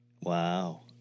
wow